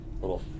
little